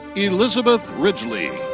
elizabeth ridgely.